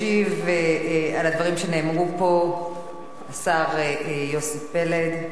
וישיב על הדברים שנאמרו פה השר יוסי פלד.